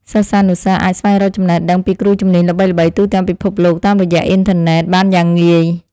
សិស្សានុសិស្សអាចស្វែងរកចំណេះដឹងពីគ្រូជំនាញល្បីៗទូទាំងពិភពលោកតាមរយៈអ៊ិនធឺណិតបានយ៉ាងងាយ។